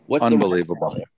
Unbelievable